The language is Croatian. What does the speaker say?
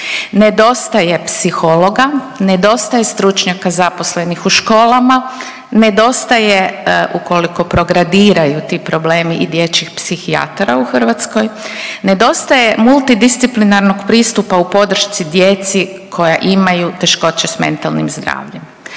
nedostaje psihologa, nedostaje stručnjaka zaposlenih u školama, nedostaje ukoliko progradiraju ti problemi i dječjih psihijatara u Hrvatskoj, nedostaje multidisciplinarnog pristupa u podršci djeci koja imaju teškoće s mentalnim zdravljem.